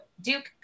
Duke